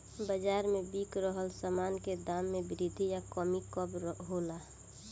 बाज़ार में बिक रहल सामान के दाम में वृद्धि या कमी कब होला?